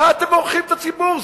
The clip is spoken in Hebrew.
מה אתם מורחים את הציבור?